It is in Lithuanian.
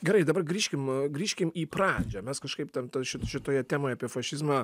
gerai dabar grįžkim grįžkim į pradžią mes kažkaip ten ši šitoje temoje apie fašizmą